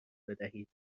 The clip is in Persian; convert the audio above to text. بدهید